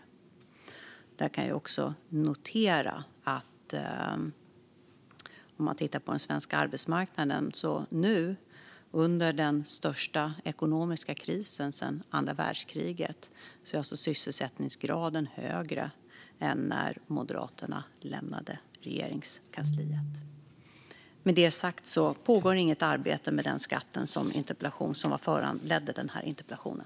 Tittar man på svensk arbetsmarknad kan man också notera att nu, under den största ekonomiska krisen sedan andra världskriget, är sysselsättningsgraden alltså högre än när Moderaterna lämnade Regeringskansliet. Med det sagt pågår inget arbete med den skatt som föranledde den här interpellationen.